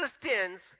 Christians